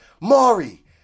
Maury